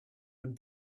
and